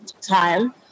time